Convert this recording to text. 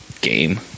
game